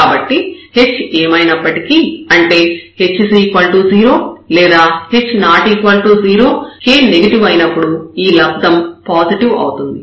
కాబట్టి h ఏమైనప్పటికీ అంటే h 0 లేదా h ≠ 0 k నెగెటివ్ అయినప్పుడు ఈ లబ్దం పాజిటివ్ అవుతుంది